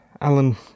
Alan